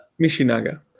mishinaga